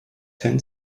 ten